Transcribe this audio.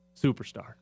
Superstar